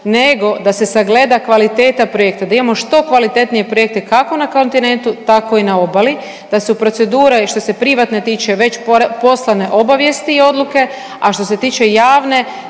nego da se sagleda kvaliteta projekta. Da imamo što kvalitetnije projekte kako na kontinentu tako i na obali. Da su procedure što privatne tiče već poslane obavijesti i odluke, a što se tiče javne